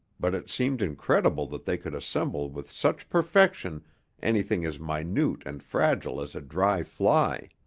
but it seemed incredible that they could assemble with such perfection anything as minute and fragile as a dry fly.